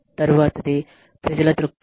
తరువాతది ప్రజల దృక్పథం